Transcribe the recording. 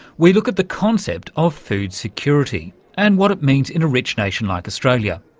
we look at the concept of food security and what it means in a rich nation like australia.